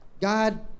God